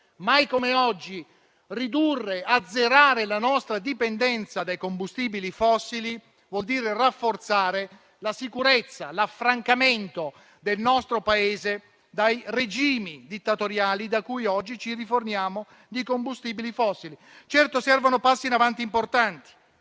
Mai come oggi ridurre e azzerare la nostra dipendenza dai combustibili fossili vuol dire rafforzare la sicurezza, l'affrancamento del nostro Paese dai regimi dittatoriali da cui oggi ci riforniamo di combustibili fossili. Certo, servono passi in avanti importanti,